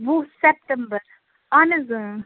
وُہ سٮ۪پٹمبر اَہن حظ